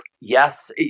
Yes